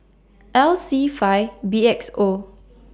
L C five B X O